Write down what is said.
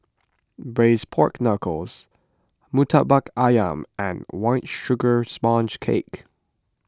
Braised Pork Knuckles Murtabak Ayam and White Sugar Sponge Cake